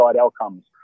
outcomes